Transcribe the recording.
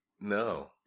no